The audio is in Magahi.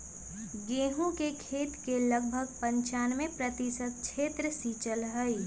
गेहूं के खेती के लगभग पंचानवे प्रतिशत क्षेत्र सींचल हई